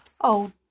Oh